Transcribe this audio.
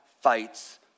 fights